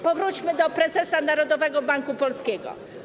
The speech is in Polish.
Powróćmy do prezesa Narodowego Banku Polskiego.